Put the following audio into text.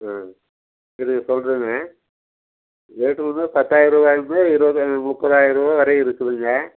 ஆ சரி சொல்கிறேங்க ரேட்டு வந்து பத்தாயிர்ருபாலேருந்து இருபதாயிரம் முப்பதாயிர்ருபா வரைக்கும் இருக்குதுங்க